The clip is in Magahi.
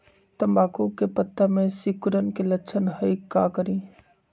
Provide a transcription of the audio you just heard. तम्बाकू के पत्ता में सिकुड़न के लक्षण हई का करी?